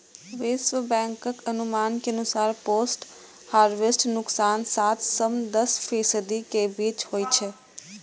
विश्व बैंकक अनुमान के अनुसार पोस्ट हार्वेस्ट नुकसान सात सं दस फीसदी के बीच होइ छै